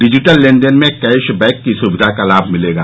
digital लेनदेन में cashback की सुविधा का लाभ मिलेगा